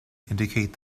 indicate